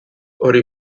hori